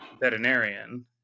veterinarian